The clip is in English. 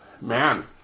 man